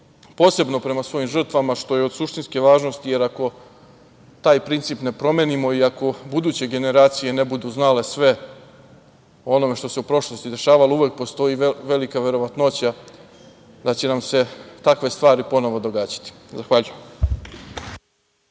posebno prema svojim žrtvama što je od suštinske važnost, jer ako taj princip ne promenimo, i ako buduće generacije ne budu znale sve o onome što se u prošlosti izdešavalo, uvek postoji velika verovatnoća da će nam se takve stvari ponovo događati. Zahvaljujem.